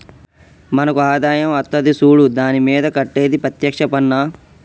మనకు ఆదాయం అత్తది సూడు దాని మీద కట్టేది ప్రత్యేక్ష పన్నా